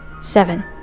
seven